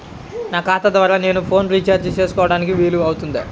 నా ఖాతా ద్వారా నేను ఫోన్ రీఛార్జ్ చేసుకోవడానికి వీలు అవుతుందా?